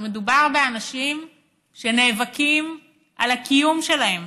שמדובר באנשים שנאבקים על הקיום שלהם.